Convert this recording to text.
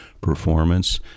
performance